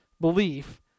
belief